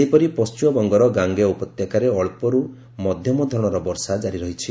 ସେହିପରି ପଶ୍ଚିମବଙ୍ଗର ଗାଙ୍ଗେୟ ଉପତ୍ୟକାରେ ଅଳ୍ପରୁ ମଧ୍ୟମଧରଣର ବର୍ଷା ଜାରି ରହିଛି